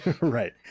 right